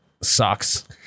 sucks